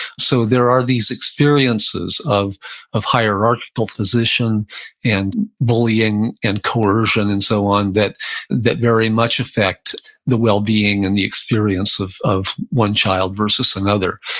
so there are these experiences of of hierarchical position and bullying and coercion and so on that that very much affect the wellbeing and the experience of of one child versus another.